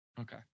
Okay